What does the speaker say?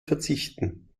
verzichten